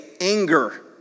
anger